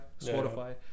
Spotify